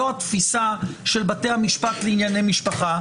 זו התפיסה של בתי המשפט לענייני משפחה.